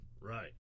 Right